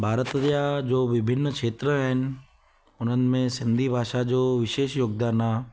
भारत जा जो विभिन्न खेत्र आहिनि उन्हनि में सिंधी भाषा जो विशेष योगदान आहे